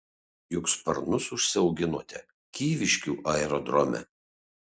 juk sparnus užsiauginote kyviškių aerodrome